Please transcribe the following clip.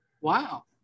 Wow